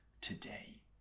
today